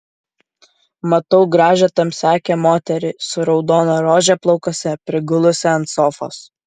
matau gražią tamsiaakę moterį su raudona rože plaukuose prigulusią ant sofos